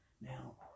Now